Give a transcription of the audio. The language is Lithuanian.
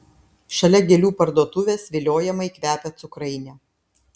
šalia gėlių parduotuvės viliojamai kvepia cukrainė